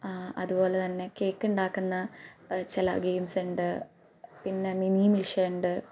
അതുപോലെത്തന്നെ കേക്ക് ഉണ്ടാക്കുന്ന ചില ഗെയിംസ് ഉണ്ട് പിന്നെ മിനി മിൽഷ്യ ഉണ്ട്